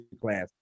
class